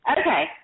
Okay